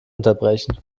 unterbrechen